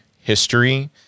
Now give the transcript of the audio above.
history